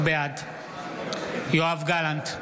בעד יואב גלנט,